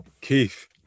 Keith